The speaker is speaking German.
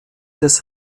des